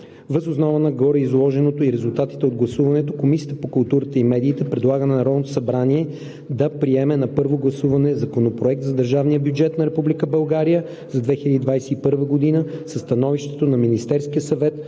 Въз основа на гореизложеното и резултатите от гласуването Комисията по културата и медиите предлага на Народното събрание да приеме на първо гласуване Законопроект за държавния бюджет на Република България за 2021 г., със Становището на Министерския съвет